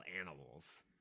animals